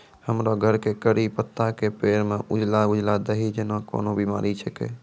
हमरो घर के कढ़ी पत्ता के पेड़ म उजला उजला दही जेना कोन बिमारी छेकै?